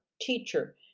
teacher